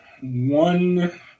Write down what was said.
one